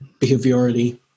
behaviorally